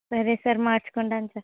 సరే సార్ మార్చుకుంటాను సార్